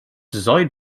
designed